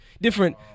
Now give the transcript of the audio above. different